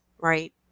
right